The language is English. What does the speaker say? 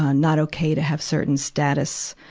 ah not okay to have certain status,